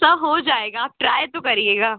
sir हो जाएगा आप ट्राय तो करिएगा